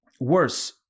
Worse